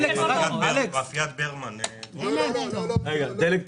אני לא יכול לשים